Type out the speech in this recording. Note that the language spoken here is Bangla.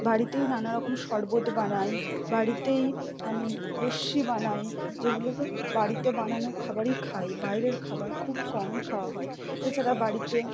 বাড়িতেই নানা রকম শরবত বানাই বাড়িতেই আমি লস্যি বানাই যেগুলো বাড়িতে বানানো খাবারই খাই বাইরের খাবার খুব কমই খাওয়া হয় এছাড়া বাড়িতে